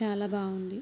చాలా బాగుంది